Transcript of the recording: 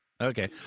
Okay